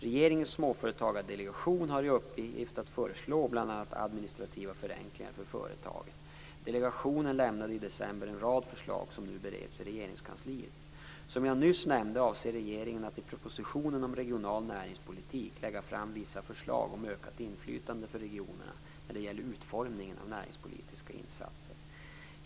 Regeringens småföretagardelegation har i uppgift att föreslå bl.a. administrativa förenklingar för företagen. Delegationen lämnade i december en rad förslag som nu bereds i Regeringskansliet. Som jag nyss nämnde avser regeringen att i propositionen om regional näringspolitik lägga fram vissa förslag om ökat inflytande för regionerna när det gäller utformningen av näringspolitiska insatser.